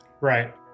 right